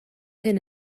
hyn